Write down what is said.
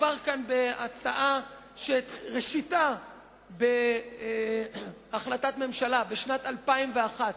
מדובר כאן בהצעה שראשיתה בהחלטת הממשלה משנת 2001,